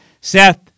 Seth